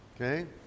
Okay